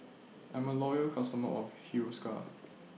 I'm A Loyal customer of Hiruscar